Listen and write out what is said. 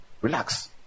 relax